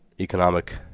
economic